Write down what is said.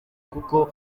kuko